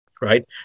Right